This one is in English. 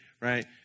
right